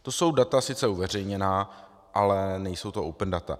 To jsou data sice uveřejněná, ale nejsou to open data.